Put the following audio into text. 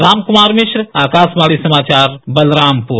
रामकुमार मिश्र आकाशवाणी समाचार बलरामपुर